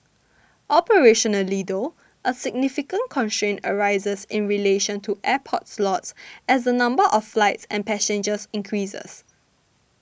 operationally though a significant constraint arises in relation to airport slots as the number of flights and passengers increases